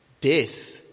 Death